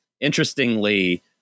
Interestingly